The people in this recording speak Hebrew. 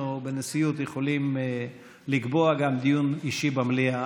אנחנו בנשיאות יכולים לקבוע גם דיון אישי במליאה.